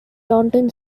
taunton